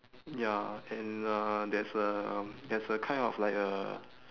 ya and uh there's a there's a kind of like uh